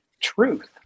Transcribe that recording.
truth